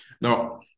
Now